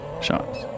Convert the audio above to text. shots